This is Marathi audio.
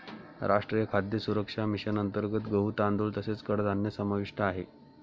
राष्ट्रीय खाद्य सुरक्षा मिशन अंतर्गत गहू, तांदूळ तसेच कडधान्य समाविष्ट आहे